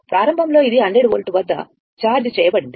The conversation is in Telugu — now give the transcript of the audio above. ప్రారంభంలో ఇది 100 వోల్ట్ వద్ద ఛార్జ్చేయబడింది